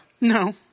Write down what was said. No